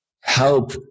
help